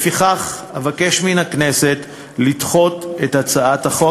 לפיכך אבקש מהכנסת לדחות את הצעת החוק.